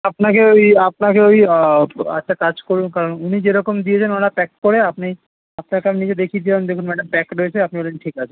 আপনাকে ওই আপনাকে ওই একটা কাজ করুন কারণ উনি যেরকম দিয়েছেন ওনার প্যাক করে আপনি আপনাকে আমি নিজে দেখিয়ে দিলাম দেখুন ম্যাডাম প্যাক রয়েছে আপনি বললেন ঠিক আছে